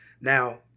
Now